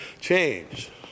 change